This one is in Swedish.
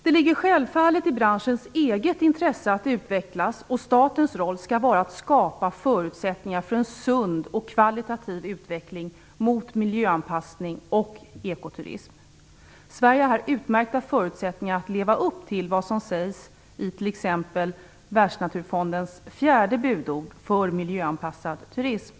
Det ligger självfallet i branschens eget intresse att utvecklas. Statens roll skall vara att skapa förutsättningar för en sund och kvalitativ utveckling mot miljöanpassning och ekoturism. Sverige har här utmärkta förutsättningar att leva upp till vad som sägs i t.ex. Världsnaturfondens fjärde budord för miljöanpassad turism.